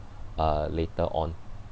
uh later on